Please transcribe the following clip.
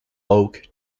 oak